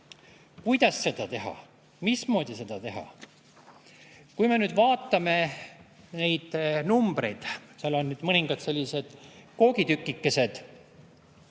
Kuidas seda teha? Mismoodi seda teha? Kui me vaatame neid numbreid, siis seal on mõningad sellised koogitükikesed.